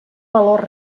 valor